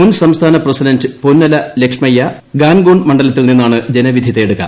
മുൻ സംസ്ഥാന പ്രസിഡന്റ് പൊന്നല ലക്ഷ്മയ്ക്കും ഗാൻഗൂൺ മണ്ഡലത്തിൽ നിന്നാണ് ജനവിധി തേടുക